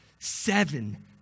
seven